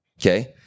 okay